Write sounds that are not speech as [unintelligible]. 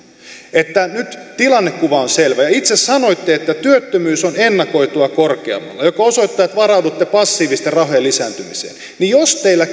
että nyt tilannekuva on selvä ja itse sanoitte että työttömyys on ennakoitua korkeammalla mikä osoittaa että varaudutte passiivisten rahojen lisääntymiseen niin jos teillä [unintelligible]